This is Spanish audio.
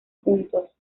juntos